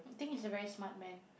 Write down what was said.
think he's a very smart man